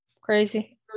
Crazy